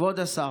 כבוד השר.